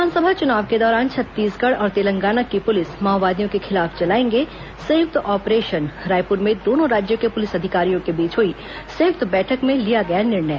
विधानसभा चुनाव के दौरान छत्तीसगढ़ और तेलंगाना की पुलिस माओवादियों के खिलाफ चलाएंगे संयुक्त ऑपरेशन रायपुर में दोनों राज्यों के पुलिस अधिकारियों के बीच हुई संयुक्त बैठक में लिया गया निर्णय